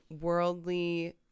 worldly